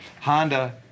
honda